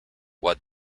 what